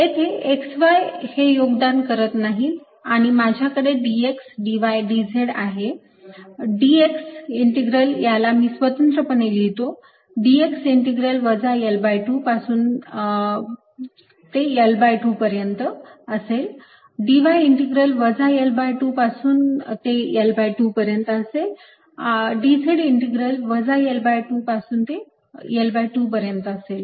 येथे x y हे योगदान करत नाहीत आणि माझ्याकडे dx dy dz आहे dx इंटिग्रल याला मी स्वतंत्रपणे लिहितो dx इंटिग्रल वजा L2 पासून ते L2 पर्यंत असेल dy इंटिग्रल वजा L2 पासून ते L2 पर्यंत असेल dz इंटिग्रल वजा L2 पासून ते L2 पर्यंत असेल